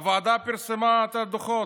הוועדה פרסמה את הדוחות.